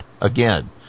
again